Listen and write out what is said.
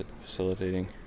facilitating